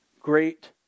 great